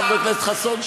חבר הכנסת חסון,